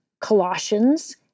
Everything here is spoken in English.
Colossians